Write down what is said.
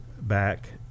back